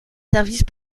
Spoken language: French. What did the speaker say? services